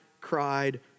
cried